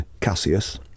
Cassius